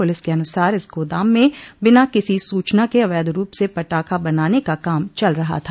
police के अनुसार इस गोदाम में बिना किसी सूचना के अवैध रूप से पटाखा बनाने का काम चल रहा था